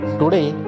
today